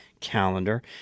calendar